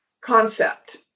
concept